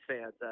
fans